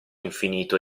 infinito